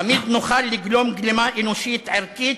תמיד נוכל לגלום גלימה אנושית, ערכית,